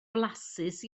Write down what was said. flasus